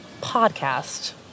podcast